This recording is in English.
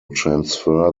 transfer